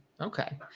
okay